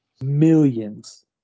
Millions